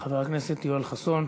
חבר הכנסת יואל חסון,